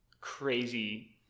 crazy